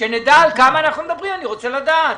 שנדע על כמה אנחנו מדברים, אני רוצה לדעת.